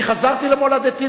שוכחים את זה.